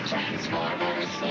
Transformers